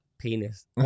Penis